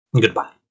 Goodbye